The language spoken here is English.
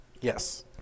Yes